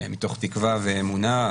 מתוך תקווה ואמונה,